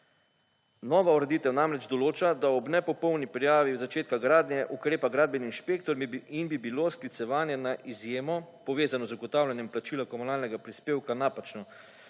Nova ureditev namreč določa, da ob nepopolni prijavi od začetka gradnje ukrepa gradbeni inšpektor in bi bilo sklicevanje na izjemo povezano z zagotavljanjem plačila komunalnega prispevka napačno,